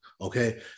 Okay